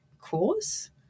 cause